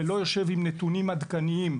ולא יושב עם נתונים עדכניים,